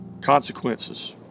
consequences